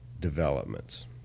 developments